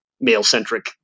male-centric